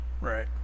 Right